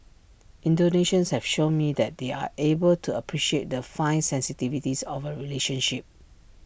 Indonesians have shown me that they are able to appreciate the fine sensitivities of A relationship